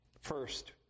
First